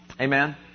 Amen